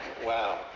Wow